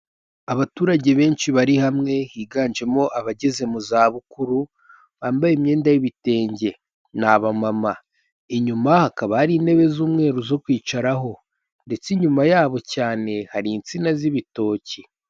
Abaturage benshi bari hamwe higanjemo abageze mu za bukuru, bambaye imyenda y'ibitenge, ni abamama inyuma hakaba hari intebe z'umweru, zo kwicaraho ndetse inyuma yabo cyane hari insina z'ibitoki.